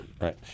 Right